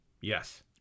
Yes